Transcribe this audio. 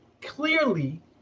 clearly